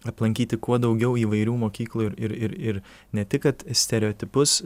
aplankyti kuo daugiau įvairių mokyklų ir ir ir ir ne tik kad stereotipus